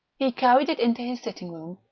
he carried it into his sitting-room,